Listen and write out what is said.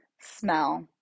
smell